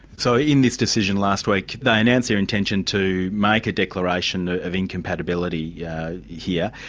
so in this decision last week, they announce their intention to make a declaration of incompatibility yeah here,